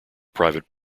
private